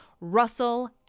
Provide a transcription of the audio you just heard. Russell